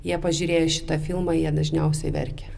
jie pažiūrėję šitą filmą jie dažniausiai verkia